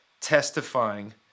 testifying